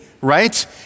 right